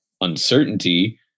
uncertainty